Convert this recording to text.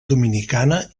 dominicana